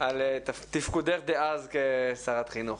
על תפקודך דאז כשרת חינוך.